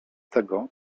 tego